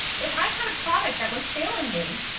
if i had a product that was failing me,